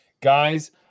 guys